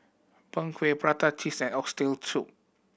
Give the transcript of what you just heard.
Png Kueh prata cheese and oxtail